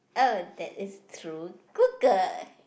oh that is true good girl